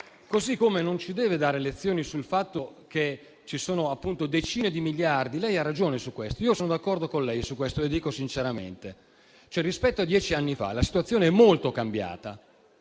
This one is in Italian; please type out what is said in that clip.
Così come non ci deve dare lezioni sul fatto che ci sono, appunto, decine di miliardi di euro. Lei ha ragione su questo: sono d'accordo con lei, e lo dico sinceramente. Rispetto a dieci anni fa, la situazione è molto cambiata.